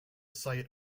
site